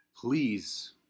please